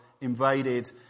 invaded